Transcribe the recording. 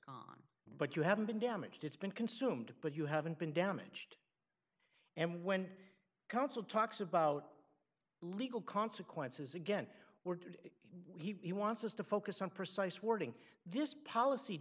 papers but you haven't been damaged it's been consumed but you haven't been damaged and when counsel talks about legal consequences again word he wants us to focus on precise wording this policy